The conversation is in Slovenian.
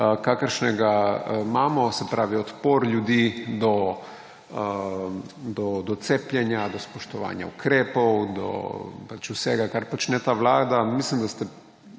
kakršnega imamo, se pravi odpor ljudi do cepljenja, do spoštovanja ukrepov, do vsega, kar počne ta vlada. Mislim, da ste